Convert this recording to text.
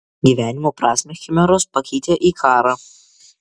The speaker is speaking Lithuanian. gyvenimo prasmę chimeros pakeitė į karą